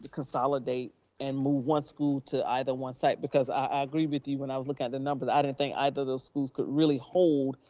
consolidate and move one school to either one site, because i agree with you when i was looking at the numbers, i didn't think either of those schools could really hold,